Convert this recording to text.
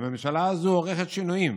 אבל הממשלה הזו עורכת שינויים,